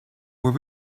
were